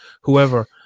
whoever